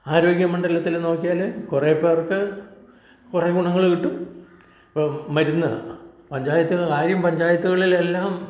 ആരോഗ്യമണ്ഡലത്തിൽ നോക്കിയാൽ കുറേ പേർക്ക് കുറേ ഗുണങ്ങൾ കിട്ടും ഇപ്പോൾ മരുന്ന് പഞ്ചായത്തിന് കാര്യം പഞ്ചായത്തുകളിലെല്ലാം